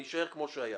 אני אישאר כמו שהיה.